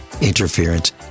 interference